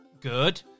Good